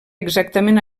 exactament